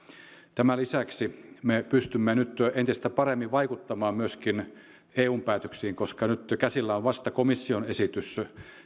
tämän lisäksi me pystymme nyt entistä paremmin vaikuttamaan myöskin eun päätöksiin koska nyt käsillä on vasta komission esitys